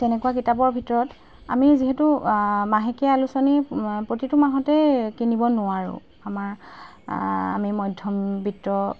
তেনেকুৱা কিতাপৰ ভিতৰত আমি যিহেতু মাহেকীয়া আলোচনী প্ৰতিটো মাহতে কিনিব নোৱাৰোঁ আমাৰ আমি মধ্যবিত্ত